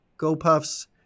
GoPuff's